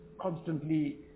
constantly